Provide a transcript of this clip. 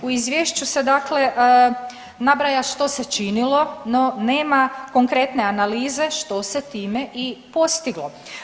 U izvješću se dakle nabraja što se činilo ne nema konkretne analize što se time i postiglo.